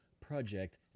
Project